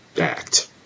act